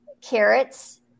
carrots